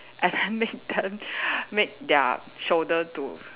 and then make them make their shoulders to